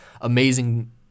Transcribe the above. amazing